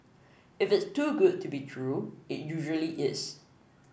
if it's too good to be true it usually is